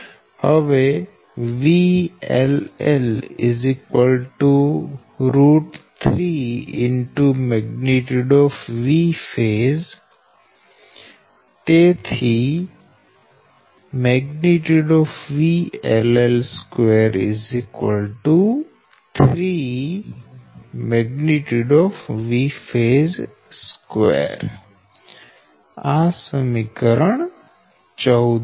હવે VL L 3 Vphase VL L2 3 Vphase2 આ સમીકરણ 14 છે